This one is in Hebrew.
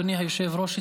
אדוני היושב-ראש,